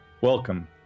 welcome